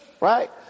right